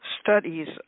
studies